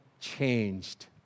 changed